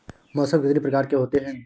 मौसम कितनी प्रकार के होते हैं?